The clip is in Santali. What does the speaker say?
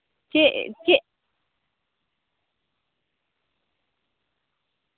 ᱪᱮᱫ ᱪᱮᱫ